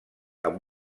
amb